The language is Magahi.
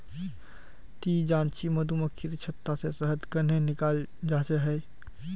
ती जानछि मधुमक्खीर छत्ता से शहद कंन्हे निकालाल जाच्छे हैय